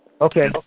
Okay